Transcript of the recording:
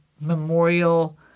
memorial